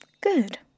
Good